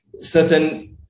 certain